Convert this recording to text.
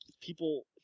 people